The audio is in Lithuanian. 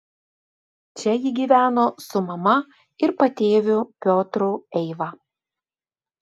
čia ji gyveno su mama ir patėviu piotru eiva